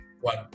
one